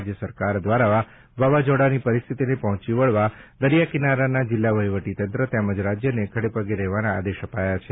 રાજ્ય સરકાર દ્વારા વાવાઝોડાની પરિસ્થિતિને પહોંચી વળવા દરિયા કિનારાના જિલ્લા વહીવટીતંત્ર તેમજ રાજ્યની ખડેપગે રહેવાના આદેશ અપાયા છે